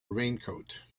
raincoat